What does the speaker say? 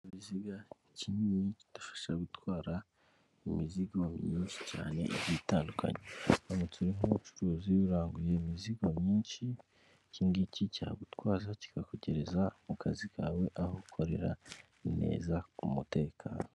Ikinyabiziga kinini kidufasha gutwara imizigo myinshi cyane igiye itandukanye. Uramutse uri nk'umucuruzi uranguye imizigo myinshi, iki ngiki cyagutwaza kikakugereza mu kazi kawe aho ukorera neza ku mutekano.